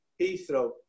Heathrow